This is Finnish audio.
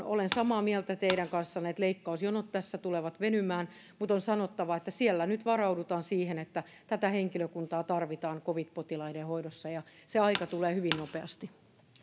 olen samaa mieltä teidän kanssanne siitä että leikkausjonot tässä tulevat venymään mutta on sanottava että siellä nyt varaudutaan siihen että tätä henkilökuntaa tarvitaan covid potilaiden hoidossa ja se aika tulee hyvin nopeasti